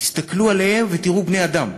תסתכלו עליהם ותראו בני-אדם,